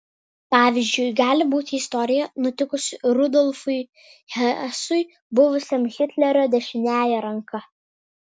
pavyzdžiu gali būti istorija nutikusi rudolfui hesui buvusiam hitlerio dešiniąja ranka